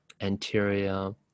anterior